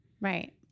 Right